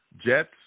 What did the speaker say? Jets